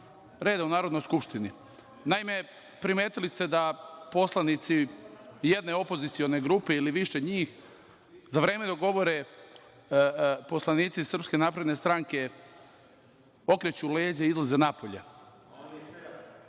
reda u Narodnoj skupštini. Naime, primetili ste da poslanici jedne opozicione grupe ili više njih, za vreme dok govore poslanici SNS okreću leđa, izlaze napolje.